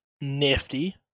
nifty